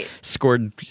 scored